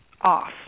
off